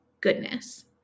goodness